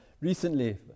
Recently